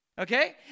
Okay